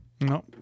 No